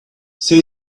say